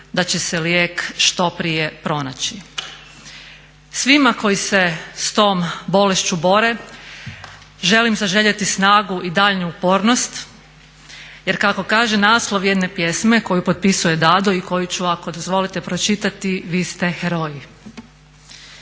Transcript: da će se lijek što prije pronaći. Svima koji se s tom bolešću bore želim zaželjeti snagu i daljnju upornost jer kako kaže naslov jedne pjesme koju potpisuje Dadu i koju ću ako dozvolite pročitati "Vi ste heroji".